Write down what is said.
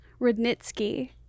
Rudnitsky